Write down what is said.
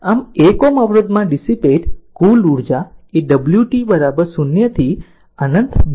આમ 1 Ω અવરોધમાં ડીસીપેટ કુલ ઉર્જા એ છે કે w t 0 થી અનંત 2